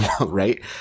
Right